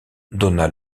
dona